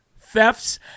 thefts